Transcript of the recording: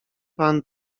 pan